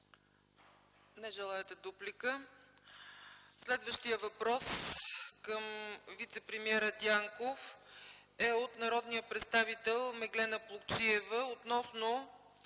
Не желаете дуплика. Следващият въпрос към вицепремиера Дянков е от народния представител Меглена Плугчиева относно